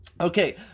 Okay